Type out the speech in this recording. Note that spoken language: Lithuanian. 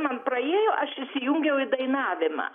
man praėjo aš įsijungiau į dainavimą